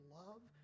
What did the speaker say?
love